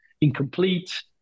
incomplete